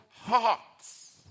hearts